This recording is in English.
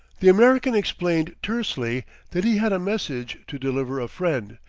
the american explained tersely that he had a message to deliver a friend,